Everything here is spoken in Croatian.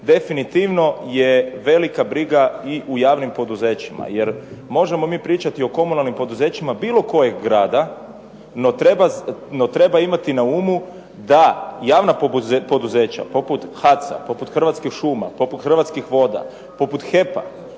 definitivno je velika briga i u javnim poduzećima jer možemo mi pričati o komunalnim poduzećima bilo kojeg grada no treba imati na umu da javna poduzeća poput "HAC-a", poput "Hrvatskih šuma", poput "Hrvatskih voda", poput "HEP-a",